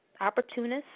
opportunists